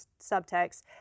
subtext